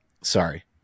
Sorry